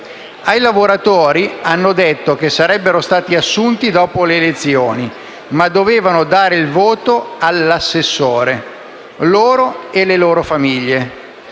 Ai lavoratori hanno detto che sarebbero stati assunti dopo le elezioni, ma dovevano dare il voto all’assessore, loro e le loro famiglie.